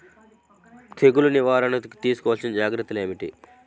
తెగులు నివారణకు తీసుకోవలసిన జాగ్రత్తలు ఏమిటీ?